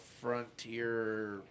frontier